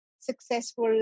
successful